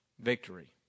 Victory